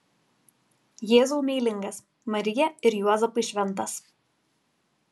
jėzau meilingas marija ir juozapai šventas